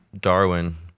Darwin